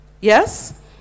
Yes